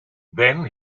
then